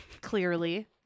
Clearly